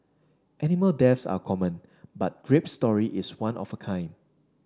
animal deaths are common but Grape's story is one of a kind